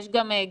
יש גם גימלאים,